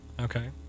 Okay